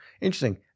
Interesting